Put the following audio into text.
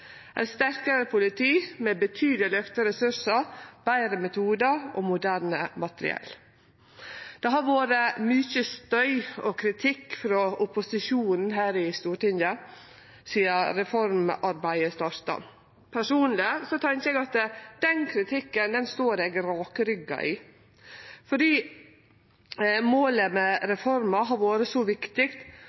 sterkare politi, med betydeleg auka ressursar, betre metodar og moderne materiell. Det har vore mykje støy og kritikk frå opposisjonen her i Stortinget sidan reformarbeidet starta. Personleg tenkjer eg at den kritikken står eg rakrygga i, for målet med reforma har vore så viktig